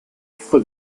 for